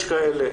יש כאלה?